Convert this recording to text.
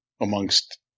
amongst